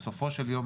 בסופו של יום,